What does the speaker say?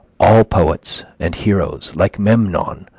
all poets and heroes, like memnon,